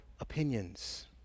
opinions